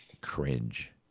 cringe